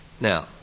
Now